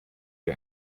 wie